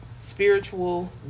spiritual